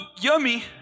yummy